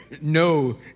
No